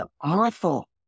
awful